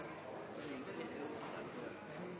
for Norge. Det